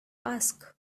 ask